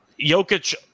Jokic